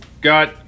got